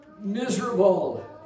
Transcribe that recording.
miserable